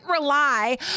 rely